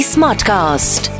Smartcast